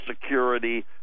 security